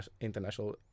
international